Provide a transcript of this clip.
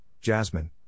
Jasmine